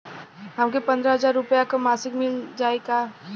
हमके पन्द्रह हजार रूपया क मासिक मिल जाई का?